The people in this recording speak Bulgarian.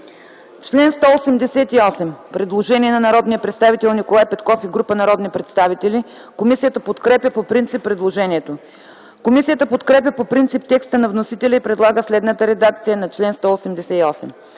190 има предложение на Николай Петков и група народни представители. Комисията подкрепя по принцип предложението. Комисията подкрепя по принцип текста на вносителя и предлага следната редакция на чл. 190: